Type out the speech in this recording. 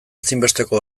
ezinbesteko